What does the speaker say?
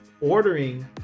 ordering